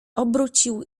obrócił